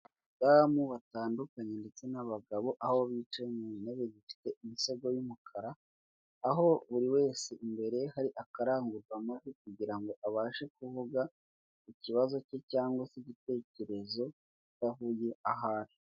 Abadamu batandukanye ndetse n'abagabo aho bicaye mu ntebe zifite imisego y'umukara, aho buri wese imbere hari akarangururamajwi kugirango abashe kuvuga ku kibazo cye cyangwa se igitekerezo adahuye ahari.